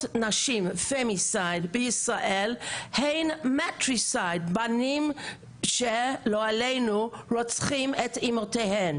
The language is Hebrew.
נשים בישראל הן בנים שרוצחים את אמותיהן.